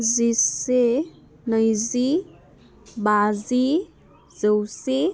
जिसे नैजि बाजि जौसे